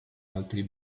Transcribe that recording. altri